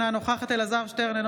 אינה נוכחת אלעזר שטרן,